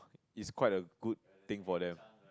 it's quite a good thing for them